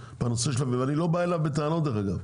בנושא של -- ואני לא בא אליו בטענות דרך אגב,